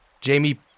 Jamie